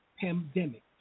pandemic